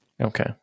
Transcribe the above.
Okay